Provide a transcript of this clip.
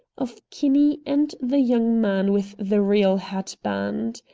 of kinney and the young man with the real hat-band.